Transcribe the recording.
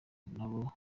nabo